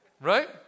Right